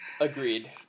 agreed